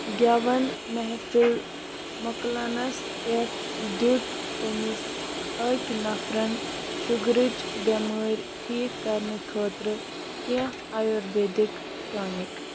گٮ۪وَن محفِل مۄکلَنَس پٮ۪ٹھ دِیُت تٔمِس أکۍ نفرَن شُگرٕچ بٮ۪مٲرۍ ٹھیٖک کَرنہٕ خٲطرٕ کیٚنٛہہ آیُرویدٕکۍ ٹانِک